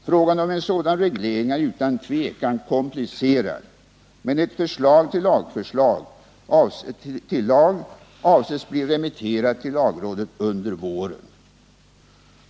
Frågan om en sådan reglering är utan tvivel komplicerad. Men ett förslag till lag avses bli remitterat till lagrådet under våren.